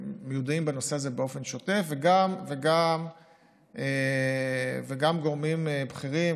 מיודעים בנושא הזה באופן שוטף וגם גורמים בכירים,